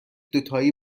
دوتایی